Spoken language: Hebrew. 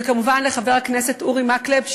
וכמובן לחבר הכנסת אורי מקלב,